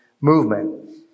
movement